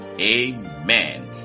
Amen